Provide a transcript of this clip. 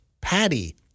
Patty